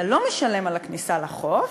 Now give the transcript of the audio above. אתה לא משלם על הכניסה לחוף,